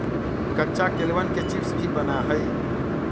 कच्चा केलवन के चिप्स भी बना हई